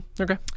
okay